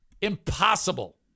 Impossible